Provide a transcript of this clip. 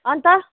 अन्त